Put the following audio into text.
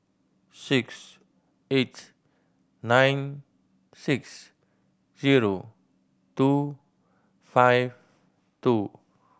six eight nine six zero two five two